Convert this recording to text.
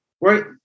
Right